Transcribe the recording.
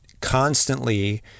constantly